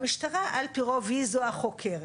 המשטרה על פי רוב היא זו החוקרת.